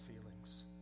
feelings